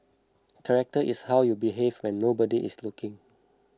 character is how you behave when nobody is looking